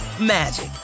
magic